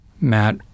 Matt